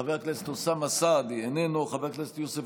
חבר הכנסת אוסאמה סעדי, איננו,